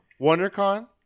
WonderCon